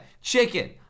Chicken